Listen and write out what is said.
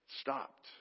stopped